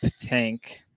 tank